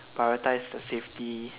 prioritize the safety